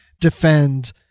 defend